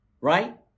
right